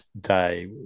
day